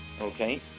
Okay